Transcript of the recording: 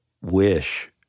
wish